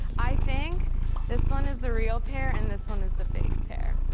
i think this one is the real pair, and this one is the fake pair.